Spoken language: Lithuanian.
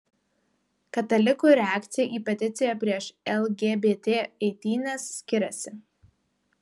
katalikų reakcija į peticiją prieš lgbt eitynes skiriasi